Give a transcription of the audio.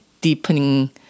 deepening